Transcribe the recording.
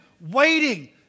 waiting